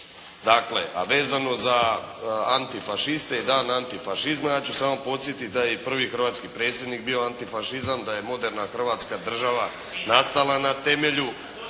Dakle, a vezano za antifašiste i Dan antifašizma, ja ću samo podsjetiti da je i prvi hrvatski predsjednik bio antifašizam, da je moderna Hrvatska država nastala na temelju